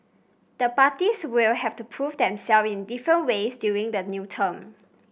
the parties will have to prove themselves in different ways during the new term